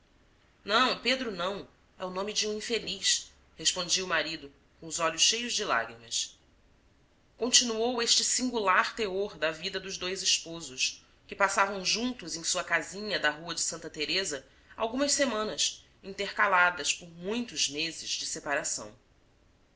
não pedro não é o nome de um infeliz respondia o marido com os olhos cheios de lágrimas continuou este singular teor da vida dos dois esposos que passavam juntos em sua casinha da rua de santa teresa algumas semanas intercaladas por muitos meses de separação